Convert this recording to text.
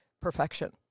perfection